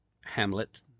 Hamlet